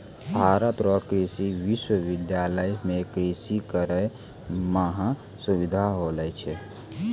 भारत रो कृषि विश्वबिद्यालय से कृषि करै मह सुबिधा होलो छै